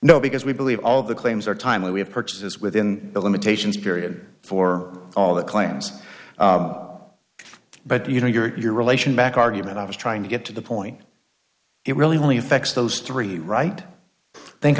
no because we believe all the claims are timely we have purchased within the limitations period for all the claims but you know you're your relation back argument i was trying to get to the point it really only affects those three right think